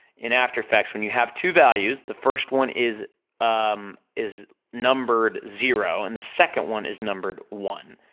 in after effects, when you have two values, the first one is um is numbered zero, and the second one is numbered one,